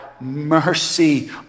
mercy